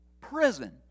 Prison